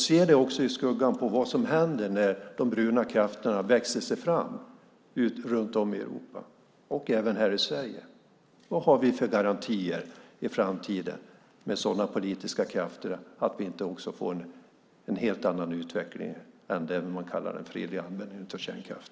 Se det också i skuggan av vad som händer när de bruna krafterna växer fram runt om i Europa, och även här i Sverige: Vad har vi med sådana politiska krafter för garantier i framtiden för att vi inte får en helt annan utveckling än den man kallar en fredlig användning av kärnkraft?